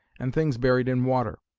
and things buried in water.